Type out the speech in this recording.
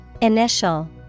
Initial